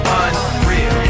unreal